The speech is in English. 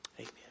Amen